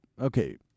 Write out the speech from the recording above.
Okay